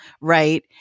right